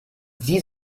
sie